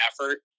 effort